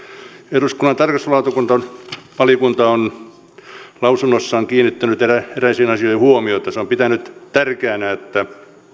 eduskunnan tarkastusvaliokunta on lausunnossaan kiinnittänyt eräisiin asioihin huomiota se on pitänyt tärkeänä että